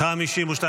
52 בעד,